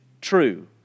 true